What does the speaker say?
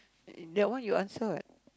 that one you answer what